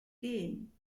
gen